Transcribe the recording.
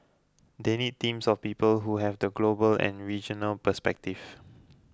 they need teams of people who have the global and regional perspective